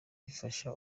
rifasha